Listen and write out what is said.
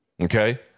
Okay